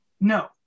No